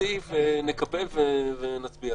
שיהיה